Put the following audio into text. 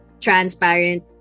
transparent